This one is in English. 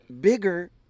Bigger